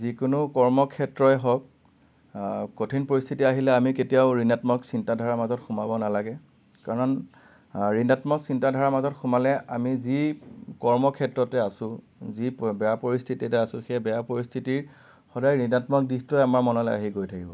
যিকোনো কৰ্মক্ষেত্ৰই হওক কঠিন পৰিস্থিতি আহিলে আমি কেতিয়াও ঋণাত্মক চিন্তাধাৰাৰ মাজত সোমাব নালাগে কাৰণ ঋণাত্মক চিন্তাধাৰাৰ মাজত সোমালে আমি যি কৰ্মক্ষেত্ৰতে আছোঁ যি বেয়া পৰিস্থিতিতে আছোঁ সেই বেয়া পৰিস্থিতিৰ সদায় ঋণাত্মক দিশটোৱেই আমাৰ মনলৈ আহি গৈ থাকিব